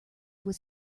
was